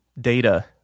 data